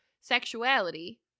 sexuality